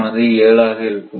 ஆனது 7 ஆக இருக்கும்